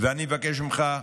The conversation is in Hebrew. ואני אבקש ממך,